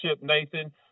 Nathan